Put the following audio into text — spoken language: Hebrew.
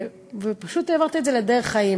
ופשוט העברת את זה לדרך חיים.